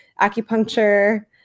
acupuncture